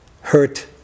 hurt